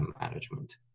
management